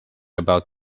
about